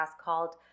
called